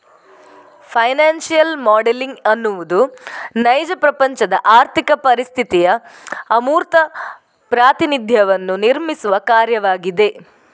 financial modelling ಎನ್ನುವುದು ನೈಜ ಪ್ರಪಂಚದ ಆರ್ಥಿಕ ಪರಿಸ್ಥಿತಿಯ ಅಮೂರ್ತ ಪ್ರಾತಿನಿಧ್ಯವನ್ನು ನಿರ್ಮಿಸುವ ಕಾರ್ಯವಾಗಿದೆ